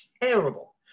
terrible